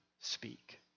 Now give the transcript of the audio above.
speak